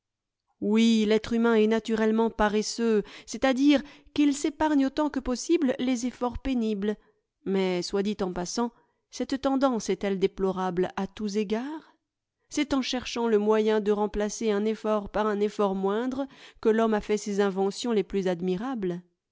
oui l'être humain est naturellement paresseux c'est-à-dire qu'il s'épargne autant que possible les efforts pénibles mais soit dit en passant cette tendance est-elle déplorable à tous égards c'est en cherchant le moyen de remplacer un effort par un effort moindre que l'homme a fait ses inventions les plus admirables